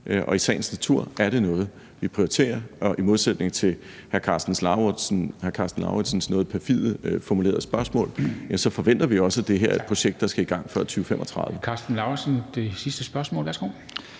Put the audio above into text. og i sagens natur er det noget, vi prioriterer. I modsætning til hr. Karsten Lauritzens noget perfidt formulerede spørgsmål, ja, så forventer vi også, at det her er et projekt, der skal i gang før 2035. Kl. 14:15 Formanden (Henrik